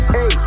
Hey